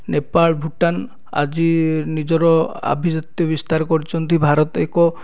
ନେପାଳ ଭୁଟାନ ଆଜି ନିଜର ଆଭିଜାତ୍ୟ ବିସ୍ତାର କରିଛନ୍ତି ଭାରତ ଏକ